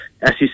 SEC